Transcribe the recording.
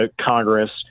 congress